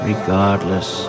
regardless